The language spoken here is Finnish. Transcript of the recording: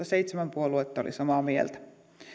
seitsemän puoluetta oli samaa mieltä